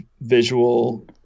visual